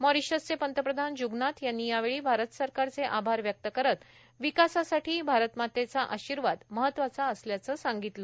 मॉरीशसचे पंतप्रधान जूगनाथ यांनी यावेळी भारत सरकारचे आभार व्यक्त करत विकासासाठी भारतमातेचा आशिर्वाद महत्वाचा असल्याचं सांगितलं